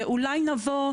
ואולי נבוא,